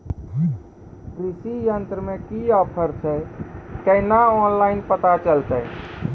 कृषि यंत्र मे की ऑफर छै केना ऑनलाइन पता चलतै?